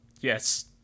Yes